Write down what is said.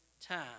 time